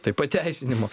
tai pateisinimo